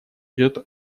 идет